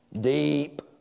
Deep